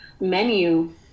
menu